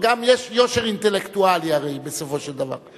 אבל גם יש יושר אינטלקטואלי, הרי, בסופו של דבר.